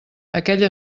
aquell